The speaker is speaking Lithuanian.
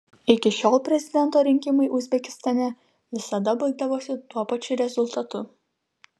iki šiol prezidento rinkimai uzbekistane visada baigdavosi tuo pačiu rezultatu